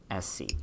SC